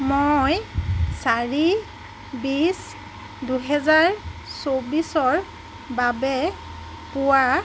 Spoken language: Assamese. মই চাৰি বিশ দুহেজাৰ চৌব্বিছৰ বাবে পুৱা